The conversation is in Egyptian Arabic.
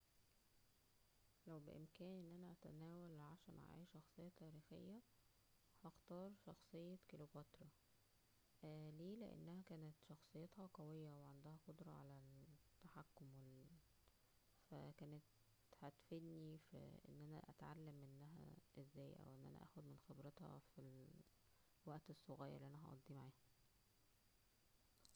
لو بامكانى ان انا اتناول العشا مع اى شخصية تاريخية هختار شخصية كليوباترا, ليه لانها كانت شخصيتها قوية, وعندها قدرة على التحكم, فا كانت هتفدنى ان انا اتعلم ازاى او ان انا اخد من خبرتها فى الوقت الصغير اللى انا هقضيه معاها